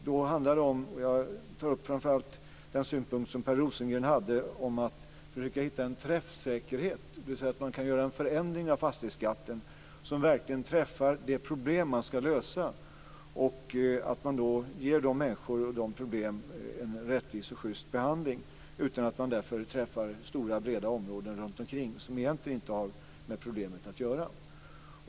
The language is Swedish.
Då handlar det om det som Per Rosengren tog upp, nämligen att man måste försöka att hitta en träffsäkerhet, att man gör en förändring av fastighetsskatten som verkligen träffar det problem som man ska lösa och att man ger berörda människor en rättvis behandling utan att man träffar stora, breda områden runtomkring som egentligen inte har med problemet att göra.